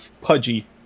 pudgy